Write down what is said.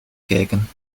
kijken